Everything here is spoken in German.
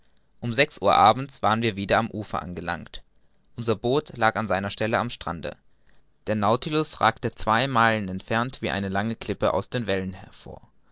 um sechs uhr abends waren wir wieder am ufer angelangt unser boot lag an seiner stelle am strande der nautilus ragte zwei meilen entfernt wie eine lange klippe aus den wellen hervor